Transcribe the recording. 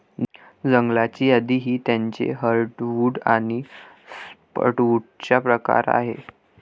जंगलाची यादी ही त्याचे हर्टवुड आणि सॅपवुडचा प्रकार आहे